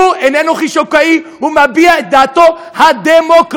איננו חישוקאי, הוא מביע את דעתו הדמוקרטית.